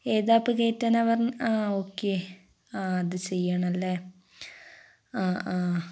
ഏത് ആപ്പ് കയറ്റാനാണ് പറഞ്ഞത് ആ ഓക്കെ ആ അത് ചെയ്യണമല്ലേ ആ ആ